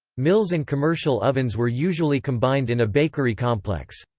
mills and commercial ovens were usually combined in a bakery complex.